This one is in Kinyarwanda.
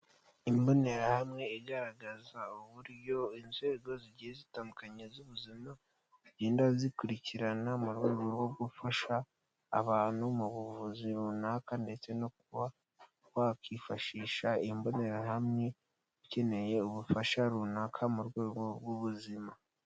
Imbonerahamwe igaragaza uburyo inzego zigiye zitandukanye z'ubuzima zigenda zikurikirana, mu rwego rwo gufasha abantu mu buvuzi runaka ndetse no kuba wakwifashisha imbonerahamwe, ukeneye ubufasha runaka mu rwego rw'ubuzima.